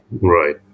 Right